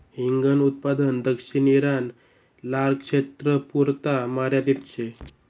हिंगन उत्पादन दक्षिण ईरान, लारक्षेत्रपुरता मर्यादित शे